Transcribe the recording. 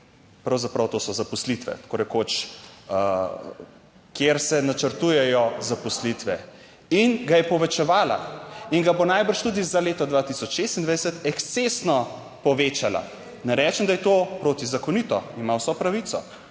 pravzaprav to so zaposlitve tako rekoč, kjer se načrtujejo zaposlitve in ga je povečevala in ga bo najbrž tudi za leto 2026 ekscesno povečala, ne rečem, da je to protizakonito, ima vso pravico,